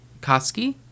koski